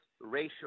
racial